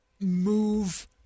move